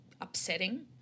upsetting